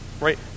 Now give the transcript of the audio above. Right